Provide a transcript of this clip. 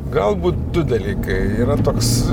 galbūt du dalykai yra toks